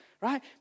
right